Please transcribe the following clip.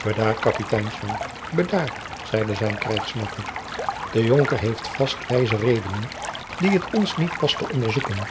bedaar kapitein schwanck bedaar zeide zijn krijgsmakker de jonker heeft vast wijze redenen die het ons niet past te onderzoeken